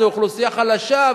זו אוכלוסייה חלשה,